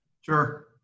Sure